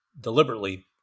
deliberately